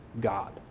God